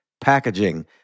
packaging